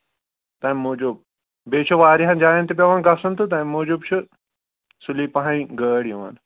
تَمہِ موٗجوٗب بیٚیہِ چھُ واریاہن جایَن تہِ پٮ۪وان گژھُن تہٕ تَمہِ موٗجوٗب چھُ سُلی پَہنۍ یہِ گٲڑۍ یِوان